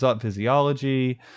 physiology